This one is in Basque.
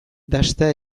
dasta